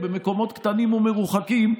במקומות קטנים ומרוחקים,